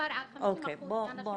אני